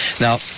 Now